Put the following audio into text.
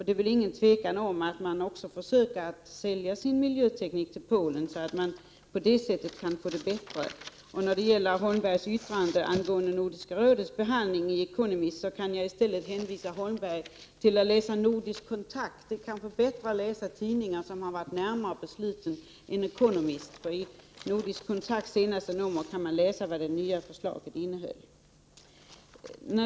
Det råder inget tvivel om att man försöker sälja miljöteknik till Polen så att det på det sättet skall bli bättre. När det gäller vad Holmberg yttrar om artikeln i The Economist angående behandlingen i Nordiska rådet, kan jag i stället hänvisa honom till att läsa Nordisk Kontakt. Det är kanske bättre att läsa tidningar som har funnits närmare besluten än The Economist. I det senaste numret av Nordisk Kontakt kan man läsa om vad det nya förslaget innehöll.